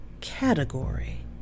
category